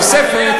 התוספת,